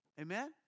Amen